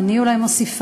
אני אולי מוסיפה,